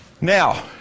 Now